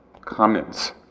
comments